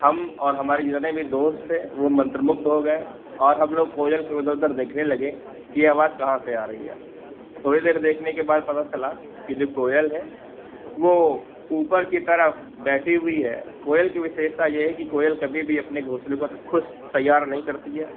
हम और हमारे जितने भी दोस्त थे वह मन्त्रमुग्ध हो गए और हमलोग कोयल के उधर उधर देखने लगे कि यह आवाज़ कहाँ से आ रही है थोड़ी देर देखने के बाद पता चला कि जो कोयल है वह ऊपर की तरफ़ बैठी हुई है कोयल की विशेषता यह है कि कोयल कभी भी अपने घोंसले को तो ख़ुद तैयार नहीं करती है